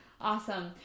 Awesome